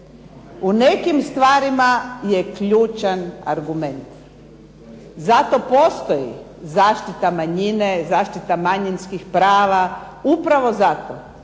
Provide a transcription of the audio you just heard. U nekim stvarima je ključan argument. Zato postoji zaštita manjina, zaštita manjinskih prava upravo zato